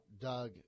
Doug